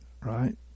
right